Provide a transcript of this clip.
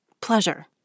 pleasure